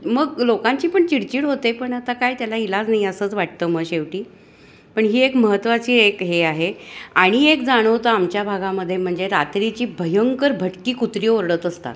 मग लोकांची पण चिडचिड होते पण आता काय त्याला इलाज नाही असंच वाटतं मग शेवटी पण ही एक महत्त्वाची एक हे आहे आणि एक जाणवतं आमच्या भागामध्ये म्हणजे रात्रीची भयंकर भटकी कुत्री ओरडत असतात